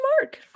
mark